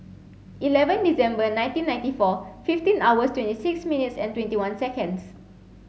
eleven December nineteen ninety four fifteen hours twenty six minutes and twenty one seconds